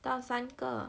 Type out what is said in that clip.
到三个